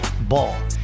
Ball